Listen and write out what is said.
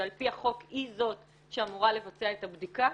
שעל פי החוק היא זאת שאמורה לבצע את הבדיקה,